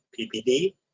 PPD